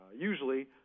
usually